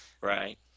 Right